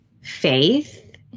faith